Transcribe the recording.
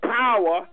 power